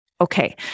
Okay